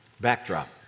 Backdrop